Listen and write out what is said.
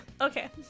Okay